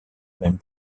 même